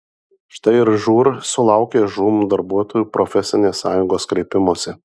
štai ir žūr sulaukė žūm darbuotojų profesinės sąjungos kreipimosi